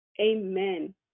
Amen